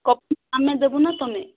କପଡ଼ା ଆମେ ଦେବୁ ନା ତୁମେ